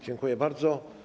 Dziękuję bardzo.